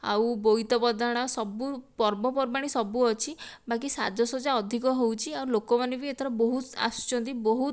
ଆଉ ବୋଇତ ବନ୍ଦାଣ ସବୁ ପର୍ବପର୍ବାଣି ସବୁ ଅଛି ବାକି ସାଜସଜା ଅଧିକ ହେଉଛି ଆଉ ଲୋକମାନେ ବି ଏଥର ବହୁତ ଆସୁଛନ୍ତି ବହୁତ